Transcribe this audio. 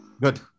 Good